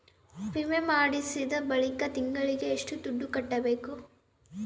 ವಿಮೆ ಮಾಡಿಸಿದ ಬಳಿಕ ತಿಂಗಳಿಗೆ ಎಷ್ಟು ದುಡ್ಡು ಕಟ್ಟಬೇಕು?